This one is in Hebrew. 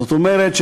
זאת אומרת,